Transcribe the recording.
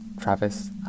Travis